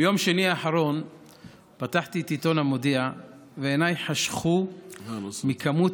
ביום שני האחרון פתחתי את עיתון המודיע ועיניי חשכו מכמות